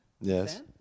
yes